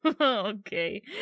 Okay